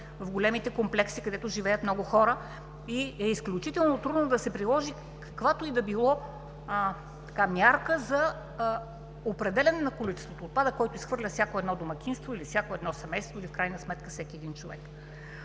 в големите комплекси, където живеят много хора и е изключително трудно да се приложи каквато и да било мярка за определяне на количеството отпадък, който изхвърля всяко едно домакинство, или всяко едно семейство, или в крайна сметка всеки един човек.